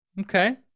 Okay